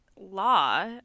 law